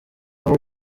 aho